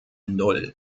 null